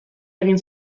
egin